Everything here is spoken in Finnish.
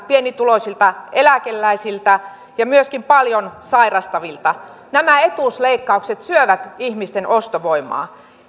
pienituloisilta eläkeläisiltä ja myöskin paljon sairastavilta nämä etuusleikkaukset syövät ihmisten ostovoimaa